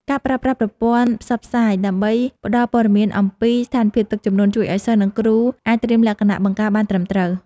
ការប្រើប្រាស់ប្រព័ន្ធផ្សព្វផ្សាយដើម្បីផ្តល់ព័ត៌មានអំពីស្ថានភាពទឹកជំនន់ ជួយឱ្យសិស្ស និង គ្រូអាចត្រៀមលក្ខណៈបង្ការបានត្រឹមត្រូវ។